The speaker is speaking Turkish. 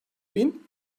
bin